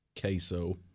queso